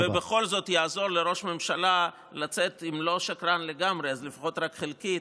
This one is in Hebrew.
ובכל זאת יעזור לראש ממשלה לצאת אם לא שקרן לגמרי אז לפחות רק חלקית,